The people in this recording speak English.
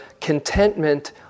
contentment